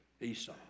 Esau